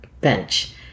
bench